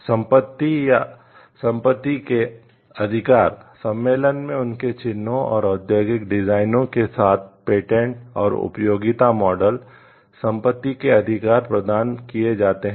संपत्ति या संपत्ति के अधिकार सम्मेलन में उनके चिह्नों और औद्योगिक डिजाइनों संपत्ति के अधिकार प्रदान किए जाते हैं